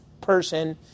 person